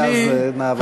ואז נעבור,